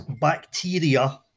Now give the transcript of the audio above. bacteria